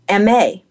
MA